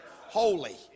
Holy